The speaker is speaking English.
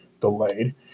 delayed